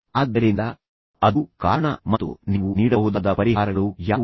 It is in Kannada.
ಆದ್ದರಿಂದ ಅದು ಕಾರಣ ಮತ್ತು ನೀವು ನೀಡಬಹುದಾದ ಪರಿಹಾರಗಳು ಯಾವುವು